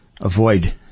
avoid